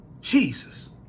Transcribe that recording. Jesus